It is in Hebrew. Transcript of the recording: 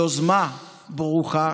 יוזמה ברוכה